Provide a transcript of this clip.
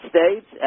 States